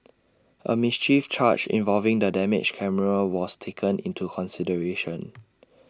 A mischief charge involving the damaged camera was taken into consideration